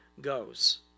goes